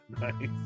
Nice